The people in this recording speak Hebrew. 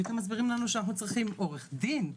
פתאום מסבירים לנו שאנחנו צריכים עורך דין,